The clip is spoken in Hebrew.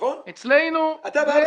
אצלנו --- טלב,